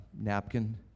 napkin